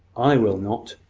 i will not.